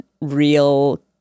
real